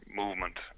movement